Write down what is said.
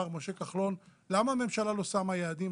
משה כחלון למה הממשלה לא שמה יעדים?